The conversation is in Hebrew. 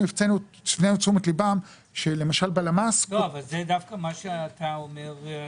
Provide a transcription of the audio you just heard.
הפנינו את תשומת ליבם שלמשל בלמ"ס --- אבל מה שאתה אומר,